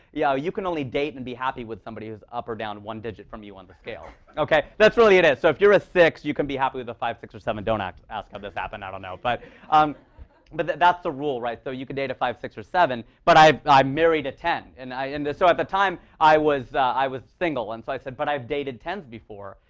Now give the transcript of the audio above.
yeah you can only date and be happy with somebody who's up or down one digit from you on the scale. ok? that's really, it is. so if you're a six, you can be happy with a five, six, or seven. don't act. ask how this happened. i don't know. but um but that's the rule, right? so you can date a five, six, or seven. but i married a ten. and and so at the time, i was i was single. and so i said, but i've dated tens before.